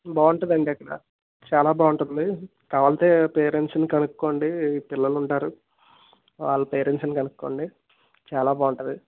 బాగుంటుంది అండి అక్కడ చాలా బాగుంటుంది కావలిస్తే పేరెంట్స్ని కనుక్కోండి పిల్లలు ఉంటారు వాళ్ళ పేరెంట్స్ని కనుక్కోండి చాలా బాగుంటుంది